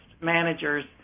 managers